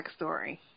backstory